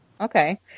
Okay